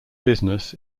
business